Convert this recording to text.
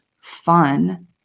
fun